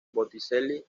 botticelli